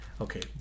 Okay